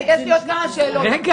זה נשמע הזוי.